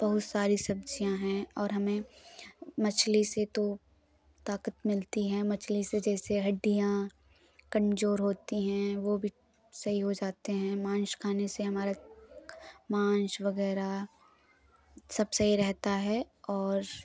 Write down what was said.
बहुत सारी सब्ज़ियाँ हैं और हमें मछली से तो ताक़त मिलती है मछली से जैसे हड्डियाँ कमज़ोर होती हैं वो भी सही हो जाती हैं मांस खाने से हमारा मांस वग़ैरह सब सही रहता है और